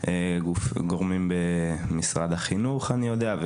וגורמים במשרד החינוך אני יודע,